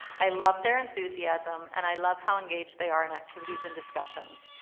i love their enthusiasm and i love how engaged they are in activities and discussions.